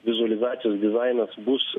vizualizacijos dizainas bus